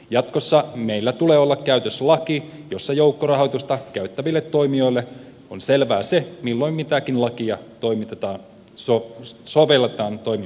jatkossa meillä tulee olla käytössä laki jossa joukkorahoitusta käyttäville toimijoille on selvää se milloin mitäkin lakia sovelletaan toiminnassa